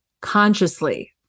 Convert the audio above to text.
consciously